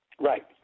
Right